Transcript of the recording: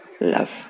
Love